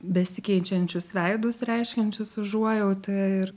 besikeičiančius veidus reiškiančius užuojautą ir